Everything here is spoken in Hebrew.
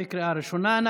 בקריאה ראשונה.